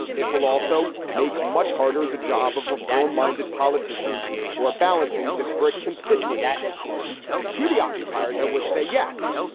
it will also make much harder the job of reform minded politicians who are balancing disparate constituencies to the occupiers. i would say, yes,